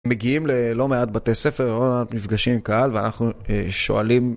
מגיעים ללא מעט בתי ספר, לא מעט מפגשים עם קהל, ואנחנו שואלים...